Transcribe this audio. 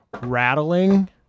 rattling